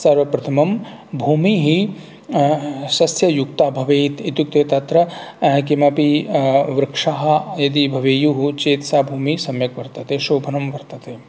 सर्वप्रथमं भूमिः सस्ययुक्ता भवेत् इत्युक्ते तत्र किमपि वृक्षाः यदि भवेयुः चेत् सा भूमिः सम्यक् वर्तते शोभनं वर्तते